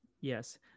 Yes